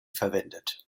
verwendet